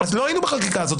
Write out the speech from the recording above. אז לא היינו בחקיקה הזאת.